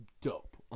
Dope